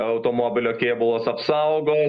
automobilio kėbulas apsaugos